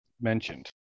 mentioned